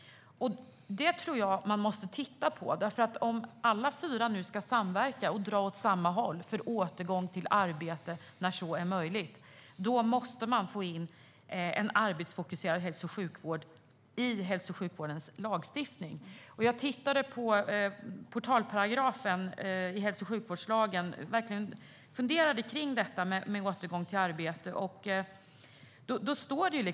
Det tror jag att man måste titta på. Om alla fyra nu ska samverka och dra åt samma håll för återgång till arbete när så är möjligt måste man få in en arbetsfokuserad hälso och sjukvård i hälso och sjukvårdens lagstiftning. Jag tittade på portalparagrafen i hälso och sjukvårdslagen och funderade verkligen på detta med återgång till arbete.